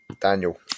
Daniel